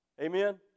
Amen